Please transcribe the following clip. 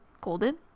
golden